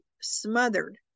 smothered